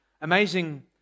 amazing